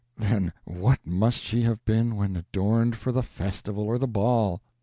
then what must she have been when adorned for the festival or the ball?